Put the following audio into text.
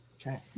Okay